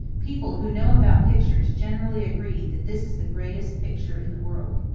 people who know about pictures generally agree that this is the greatest picture in the world.